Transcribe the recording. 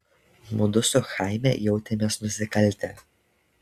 mudu su chaime jautėmės nusikaltę